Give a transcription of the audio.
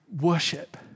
worship